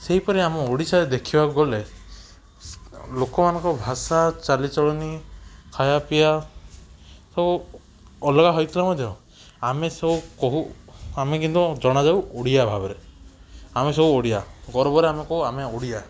ସେହିପରି ଆମ ଓଡ଼ିଶାରେ ଦେଖିବାକୁ ଗଲେ ଲୋକମାନଙ୍କ ଭାଷା ଚାଲିଚଳଣୀ ଖାଇବାପିଇବା ସବୁ ଅଲଗା ହୋଇଥିଲେ ମଧ୍ୟ ଆମେ ସବୁ କହୁ ଆମେ କିନ୍ତୁ ଜଣାଯାଉ ଓଡ଼ିଆ ଭାବରେ ଆମେ ସବୁ ଓଡ଼ିଆ ଗର୍ବରେ ଆମେ କହୁ ଆମେ ଓଡ଼ିଆ